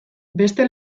beste